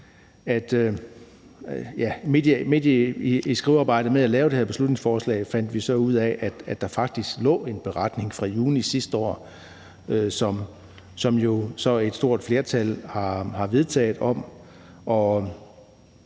Midt i skrivearbejdet med at lave det her beslutningsforslag fandt vi så ud af, at der faktisk ligger en beretning fra juni sidste år, som et stort flertal har vedtaget, om